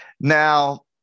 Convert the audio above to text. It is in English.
Now